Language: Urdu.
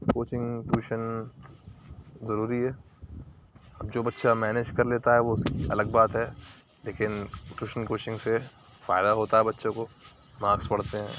کوچنگ ٹیوشن ضروری ہے اب جو بچہ مینج کر لیتا ہے وہ اُس کی الگ بات ہے لیکن ٹیوشن کوچنگ سے فائدہ ہوتا ہے بچے کو مارکس بڑھتے ہیں